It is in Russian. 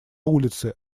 улице